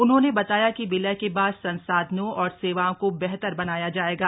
उन्होंने बताया कि विलय के बाद संसाधनों और सेवाओं को बेहतर बनाया जाएगा